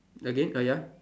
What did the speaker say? again uh ya